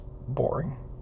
boring